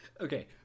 Okay